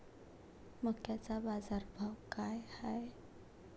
मक्याचा बाजारभाव काय हाय?